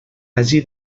hagi